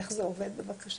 איך זה עובד בבקשה?